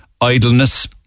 idleness